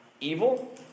evil